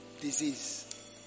disease